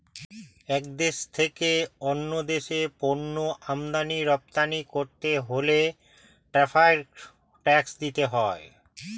এক দেশ থেকে অন্য দেশে পণ্য আমদানি রপ্তানি করতে হলে ট্যারিফ ট্যাক্স দিতে হয়